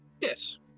Yes